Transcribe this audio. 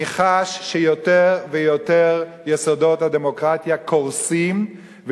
אני חש שיותר ויותר יסודות של הדמוקרטיה קורסים,